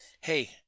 hey